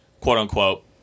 quote-unquote